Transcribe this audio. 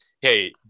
hey